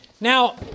Now